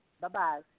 Bye-bye